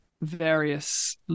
various